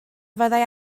fyddai